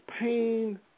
pain